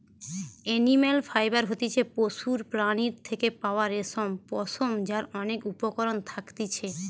animal fibre হতিছে পশুর প্রাণীর থেকে পাওয়া রেশম, পশম যার অনেক উপকরণ থাকতিছে